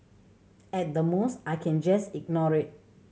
at the most I can just ignore it